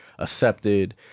accepted